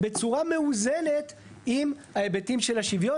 בצורה מאוזנת עם ההיבטים של השוויון.